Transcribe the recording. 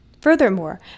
Furthermore